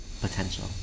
potential